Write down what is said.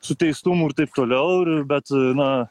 su teistumu ir taip toliau ir bet na